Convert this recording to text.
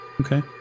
Okay